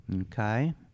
okay